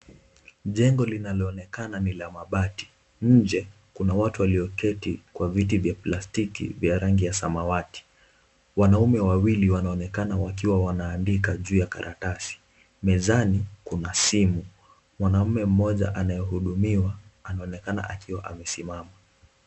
Jengo linaloonekana ni la mabati, nje kuna watu walioketi kwenye viti vya plastiki vya rangi ya samawati. Wanaume wawili wanaonekana wanaandika juu ya karatasi. Mezani kuna simu. Mwanaume mmoja anayehudumiwa anaonekana akiwa amesimama.